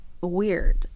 weird